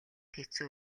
хэцүү